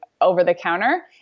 over-the-counter